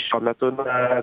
šiuo metu na